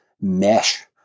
mesh